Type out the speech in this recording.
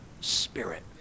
spirit